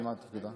שסיימה את תפקידה,